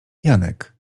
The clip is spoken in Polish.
janek